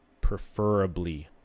preferably